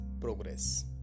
progress